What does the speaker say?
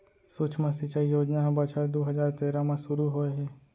सुक्ष्म सिंचई योजना ह बछर दू हजार तेरा म सुरू होए हे